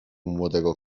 młodego